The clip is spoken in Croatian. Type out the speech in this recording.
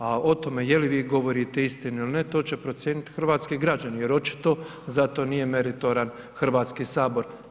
A o tome je li vi govorite istinu ili ne, to će procijeniti hrvatski građani jer očito za to nije meritoran Hrvatski sabor.